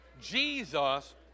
Jesus